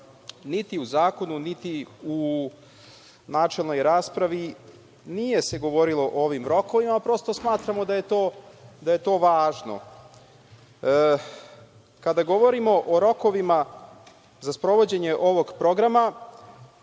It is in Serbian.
niti u zakonu, niti u načelnoj raspravi nije se govorilo o ovim rokovima, a prosto smatramo da je to važno. Kada govorimo o rokovima za sprovođenje ovog programa,